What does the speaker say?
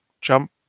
jump